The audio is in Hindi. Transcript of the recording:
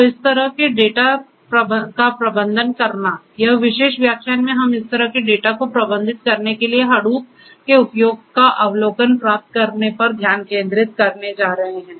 तो इस तरह के डेटा का प्रबंधन करना इस विशेष व्याख्यान में इस तरह के डेटा को प्रबंधित करने के लिए Hadoop के उपयोग का अवलोकन प्राप्त करने पर ध्यान केंद्रित करने जा रहे हैं